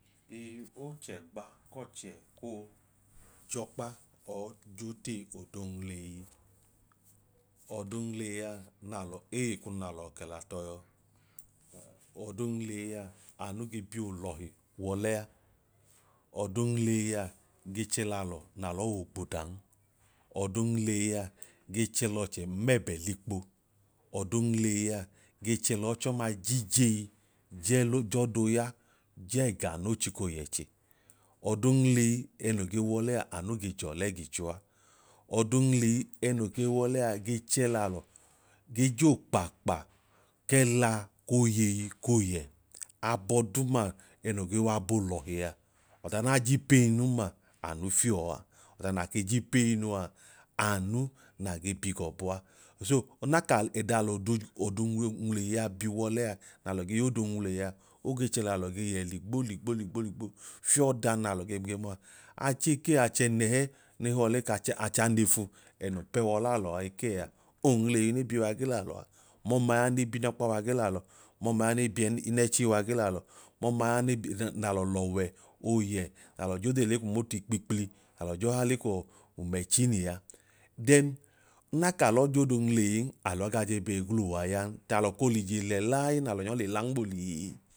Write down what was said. Ee ochẹgba k'ọchẹ koo j'ọkpa or j'odee ọdoo nwuleyi. Ọdoo nwuleyia n'alọ ei kunu n'alọọ kẹla tọọ yọọ. Ọdoo nwuleyi a anu ge biolọhi w'ọlẹa, ọdoo nwuleyi ge chẹlalọ n'alọọ w'ogbudan, ọdoo nwuleyi a ge chẹ l'ọchẹmẹẹbẹ likpo, ọdoo nwuleyia ge chẹ lọọchọma jijeyi jẹlo jọdoo ya jẹẹga no chiko yẹche. Ọdoo nwuleyi ẹnoo gee w'ọlẹa anu ge jọlẹ gicho a, ọdoo nwuleyi ẹnoo ke w'ọlẹa ge chẹ lalọ ge joo kpaakpa kẹla koyeyikoo ye abọ duuma ẹnoo ge w'abọ olọhia ọda na j'ipeyi nun ma anu fiọọ a ọda naa ke jipeyinu a anu naa ge bi g'ọbu a. so onan ka ẹda lọdoo nwuleyi a biwọlẹa n'alọ ge y'ọdo nwuleyi a oge chẹ lalọ ge yẹ ligboligbo ligbo ligbo fiọ da n'alọ ge ge mọaa. Acheke a achẹnẹhẹ ne họọ le ka cha anefu ẹnoo pẹ w'ọlalọa ekee a onwuleyi ne biwa ge lalọ a. Mọma ya ne bi inọkpa wa ge lalọ, mọma ya ne binẹchi wa ge lalọ, mọma yaana lọ, mọma yaẹ ne bi n'alọ l'ọwẹ ooyẹ n'alọ j'odee l'ekwu moto ikpikpli n'alọ jọha le ku mẹchini a. Then una k'alọọ j'ọdo nwuleyin alọi ga je bee gluuwa yan talọ koo l'ije lẹ lai n'alo nyọi le la nm'olihi